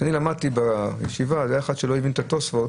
כשאני למדתי בישיבה היה אחד שלא הבין את התוספות,